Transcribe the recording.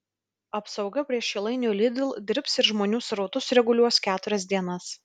apsauga prie šilainių lidl dirbs ir žmonių srautus reguliuos keturias dienas